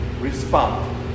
Respond